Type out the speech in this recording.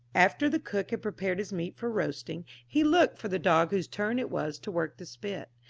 after the cook had prepared his meat for roasting, he looked for the dog whose turn it was to work the spit,